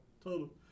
total